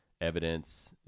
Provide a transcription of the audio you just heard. evidence